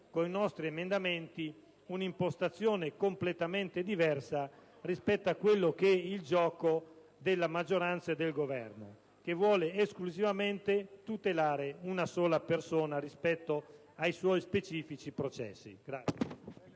con i nostri emendamenti, un'impostazione completamente diversa rispetto al gioco della maggioranza e del Governo, che vuole esclusivamente tutelare una sola persona rispetto ai suoi specifici processi.